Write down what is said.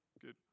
good